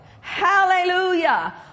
Hallelujah